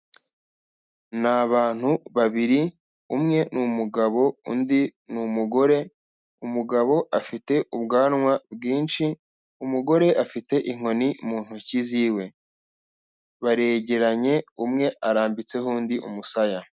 Ni abantu babiri, umwe ni umugabo, undi ni umugore, umugabo afite ubwanwa bwinshi, umugore afite inkoni mu ntoki ziwe, baregeranye umwe arambitseho undi umusaya.